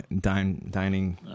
dining